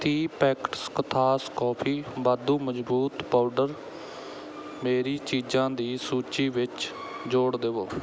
ਤੀਹ ਪੈਕੇਟਸ ਕੋਥਾਸ ਕੌਫੀ ਵਾਧੂ ਮਜ਼ਬੂਤ ਪਾਊਡਰ ਮੇਰੀ ਚੀਜ਼ਾਂ ਦੀ ਸੂਚੀ ਵਿੱਚ ਜੋੜ ਦੇਵੋ